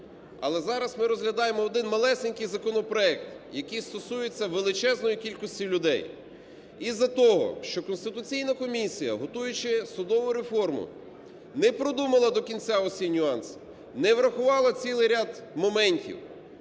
Але зараз ми розглядаємо один малесенький законопроект, який стосується величезної кількості людей. Із-за того, що Конституційна комісія, готуючи судову реформу, не продумала до кінця усі нюанси, не врахувала цілий ряд моментів,